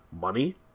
money